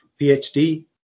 PhD